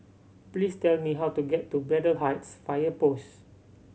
please tell me how to get to Braddell Heights Fire Post